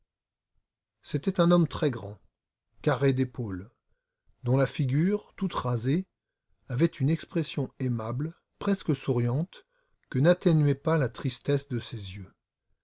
c'était un homme très grand carré d'épaules dont la figure toute rasée avait une expression aimable presque souriante que n'atténuait pas la tristesse des yeux